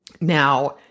Now